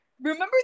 Remember